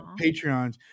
Patreons